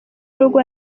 n’ubwo